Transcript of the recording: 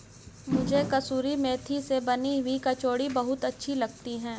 मुझे कसूरी मेथी से बनी हुई कचौड़ी बहुत अच्छी लगती है